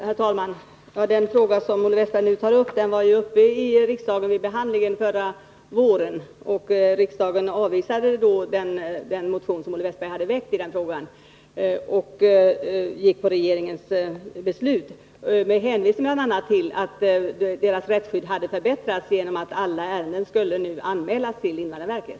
Herr talman! Den fråga som Olle Wästberg nu tog upp behandlades ju i riksdagen förra våren. Vid det tillfället avvisade riksdagen den motion som Olle Wästberg hade väckt i frågan och stödde regeringen. Det hänvisades bl.a. till att rättsskyddet hade förbättrats till följd av att alla ärenden skulle anmälas till invandrarverket.